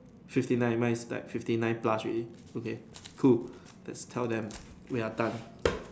fifty nine mine is like fifty nine plus already okay cool let's tell them we are done